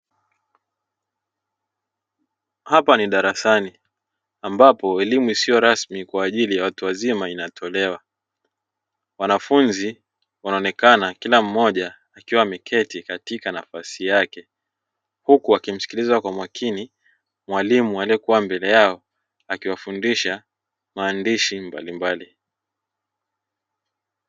Hapa ni darasani ambapo elimu isiyo rasmi kwa ajili ya watu wazima inatolewa Wanafunzi wanaonekana kila mmoja akiwa ameketi katika nafasi yake huku wakimsikiliza kwa makini mwalimu aliyekuwa mbele yao akiwafundisha maandishi mbalimbali.